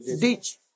ditch